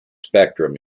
spectrum